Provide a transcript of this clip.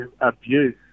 abuse